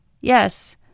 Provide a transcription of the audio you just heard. Yes